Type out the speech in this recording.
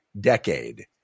decade